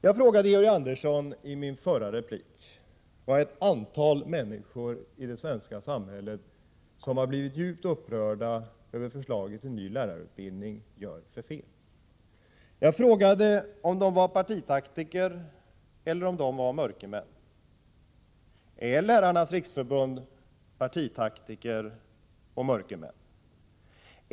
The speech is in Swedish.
Jag frågade Georg Andersson i min förra replik vad ett antal bildade människor i det svenska samhället, som har blivit djupt upprörda över förslaget till ny lärarutbildning, gör för tankefel. Jag frågade om de var partitaktiker eller om de var mörkermän. Är man i Lärarnas riksförbund partitaktiker och mörkermän?